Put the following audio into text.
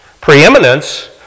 preeminence